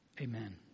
Amen